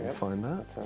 find that.